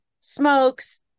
smokes